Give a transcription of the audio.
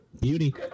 Beauty